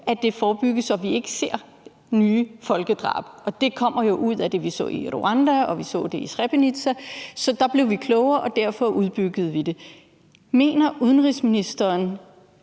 at det forebygges, så vi ikke ser nye folkedrab. Det kommer jo ud af det, vi så i Rwanda, og vi så det i Srebrenica. Så der blev vi klogere, og derfor udbyggede vi det. Mener udenrigsministeren,